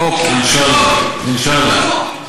אינשאללה.